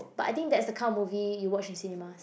but I think that's the kind of movie you watch in cinemas